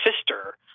sister